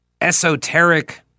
esoteric